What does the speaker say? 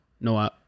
No